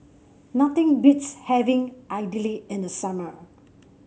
nothing beats having Idili in the summer